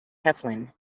heflin